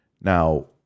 Now